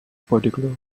particular